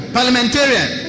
Parliamentarian